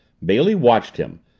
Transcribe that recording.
bailey watched him,